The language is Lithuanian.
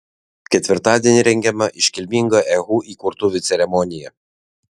ketvirtadienį rengiama iškilminga ehu įkurtuvių ceremonija